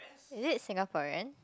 is it Singaporean